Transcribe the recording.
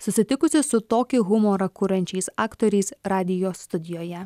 susitikusi su tokį humorą kuriančiais aktoriais radijo studijoje